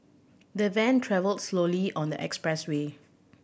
the van travelled slowly on the expressway